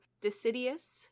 deciduous